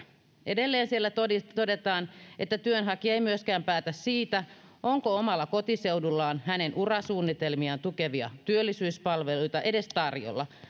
edelleen siellä todetaan että työnhakija ei myöskään päätä siitä onko omalla kotiseudulla hänen urasuunnitelmiaan tukevia työllisyyspalveluita edes tarjolla